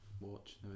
watch